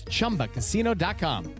Chumbacasino.com